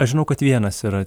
aš žinau kad vienas yra